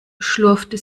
schlurfte